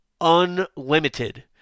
unlimited